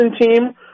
team